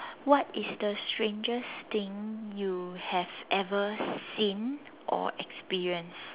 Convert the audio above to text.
what is the strangest thing you have ever seen or experienced